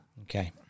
Okay